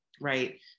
right